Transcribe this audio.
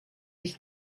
ich